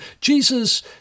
Jesus